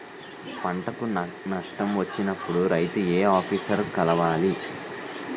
పంటకు నష్టం వచ్చినప్పుడు రైతు ఏ ఆఫీసర్ ని కలవాలి?